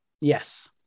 Yes